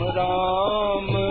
ram